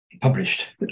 published